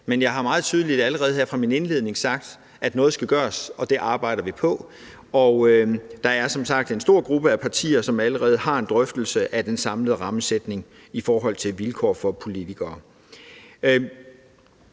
men jeg har allerede i min indledning meget tydeligt sagt, at noget skal gøres, og det arbejder vi på, og der er som sagt en stor gruppe af partier, som allerede er i gang med en drøftelse af den samlede rammesætning, hvad angår vilkår for politikere.